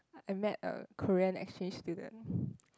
I met a Korean exchange student